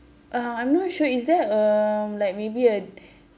uh I'm not sure is there a like maybe a